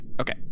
Okay